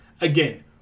Again